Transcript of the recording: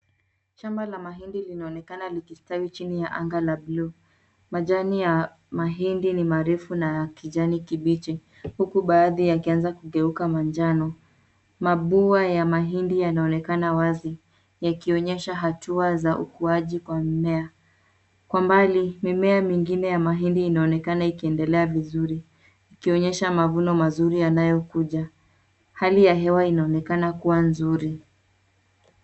Shamba la mahindi linaonekana likistawi chini ya anga la buluu. Majani ya mahindi ni marefu na ya kijani kibichi huku baadhi yakianza kugeuka manjano. Mabuwa ya mahindi yanaonekana wazi yakionyesha hatua za ukuwaji kwa mimea. Kwa mbali, mimea mingine ya mahindi inaonekana ikiendelea vizuri, ikionyesha mavuno mazuri yanayokuja. Hali ya hewa inaonekana kuwa nzuri.